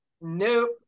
nope